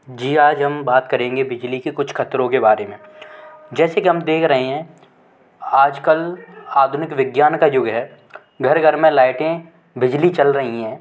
जी आज हम बात करेंगे बिजली के कुछ ख़तरों के बारे में जैसे कि हम देख रहे हैं आज कल आधुनिक विज्ञान का युग है घर घर में लाइटें बिजली चल रही है